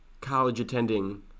college-attending